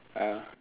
ah